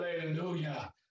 hallelujah